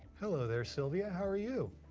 hello there, silvia. how are you?